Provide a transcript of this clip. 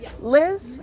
Liz